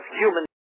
human